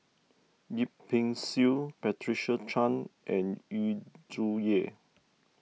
Yip Pin Xiu Patricia Chan and Yu Zhuye